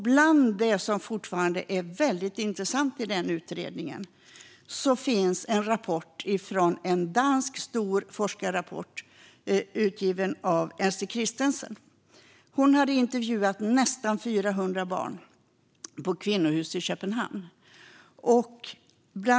Bland det som fortfarande är väldigt intressant i utredningen är en dansk stor forskarrapport utgiven av Elise Christensen. Hon har intervjuat närmare 400 barn på ett kvinnohus i Köpenhamn.